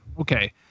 Okay